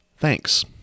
Thanks